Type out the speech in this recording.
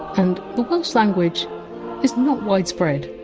and the welsh language is not widespread.